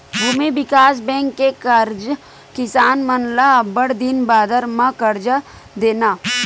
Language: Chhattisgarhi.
भूमि बिकास बेंक के कारज किसान मन ल अब्बड़ दिन बादर म करजा देना